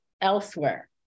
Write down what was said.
elsewhere